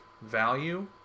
value